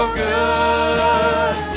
good